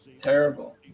Terrible